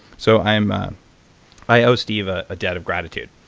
so i um ah i owe steve a ah debt of gratitude.